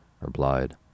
replied